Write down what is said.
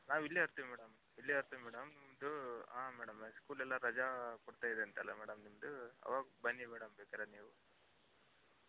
ನಾವು ಇಲ್ಲೆ ಇರ್ತೀವಿ ಮೇಡಮ್ ಇಲ್ಲೆ ಇರ್ತೀವಿ ಮೇಡಮ್ ನಿಮ್ಮದು ಹಾಂ ಮೇಡಮ್ ಸ್ಕೂಲೆಲ್ಲ ರಜಾ ಕೊಡ್ತಾ ಇದೆಯಂತಲ್ಲ ಮೇಡಮ್ ನಿಮ್ದು ಆವಾಗ ಬನ್ನಿ ಮೇಡಮ್ ಬೇಕಾದ್ರೆ ನೀವು